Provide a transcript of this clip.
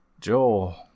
Joel